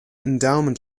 endowment